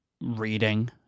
reading